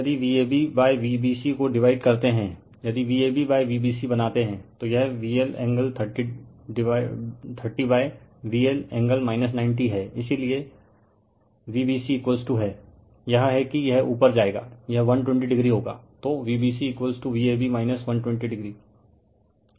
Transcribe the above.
refer slide time 0423 अब यदि Vab Vbc को डिवाइड करते हैं यदि Vab Vbc बनाते हैं तो यह VL एंगल 30 VL एंगल 90 हैं इसलिए Vbc है यह हैं कि यह ऊपर जाएगा यह 120o होगा तो Vbc Vab 120o